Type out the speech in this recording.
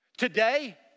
Today